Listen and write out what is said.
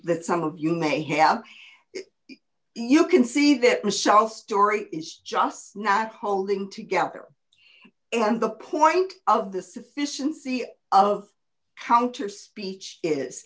that some of you may have you can see that michelle story is just not holding together and the point of the sufficiency of counter speech is